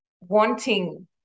wanting